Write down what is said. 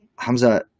Hamza